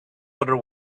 other